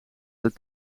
ten